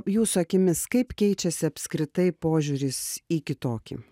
jūsų akimis kaip keičiasi apskritai požiūris į kitokį